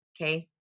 okay